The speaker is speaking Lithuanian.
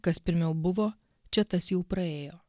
kas pirmiau buvo čia tas jau praėjo